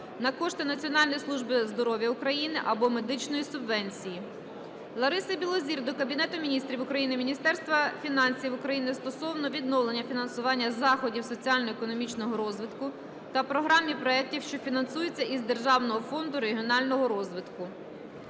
на кошти Національної служби здоров'я України або медичної субвенції. Лариси Білозір до Кабінету Міністрів України, Міністерства фінансів України стосовно відновлення фінансування заходів соціально-економічного розвитку та програм і проектів, що фінансуються із Державного фонду регіонального розвитку.